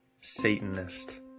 Satanist